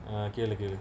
ah கேளு கேளு:kelu kelu